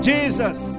Jesus